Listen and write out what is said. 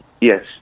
Yes